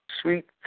Sweet